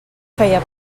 feia